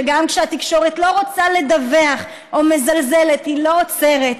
שגם כשהתקשורת לא רוצה לדווח או מזלזלת היא לא עוצרת.